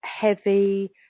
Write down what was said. heavy